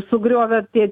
sugriovė tie